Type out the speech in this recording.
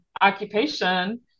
occupation